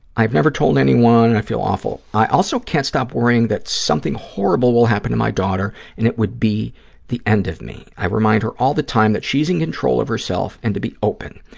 i've never told anyone. i feel awful. i also can't stop worrying that something horrible will happen to my daughter and it would be the end of me. i remind her all the time that she's in control of herself and to be open.